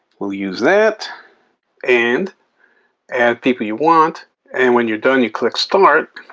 we'll use that and add people you want and when you're done, you click start.